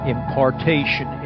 Impartation